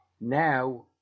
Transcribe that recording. Now